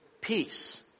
peace